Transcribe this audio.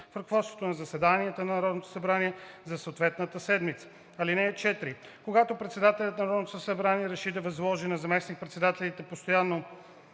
ръководството на заседанията на Народното събрание за съответната седмица. (4) Когато председателят на Народното събрание реши да възложи на заместник-председателите постоянно